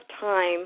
time